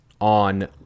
on